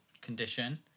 condition